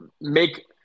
make